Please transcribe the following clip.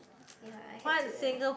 ya I had to like